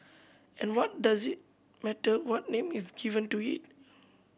and what does it matter what name is given to it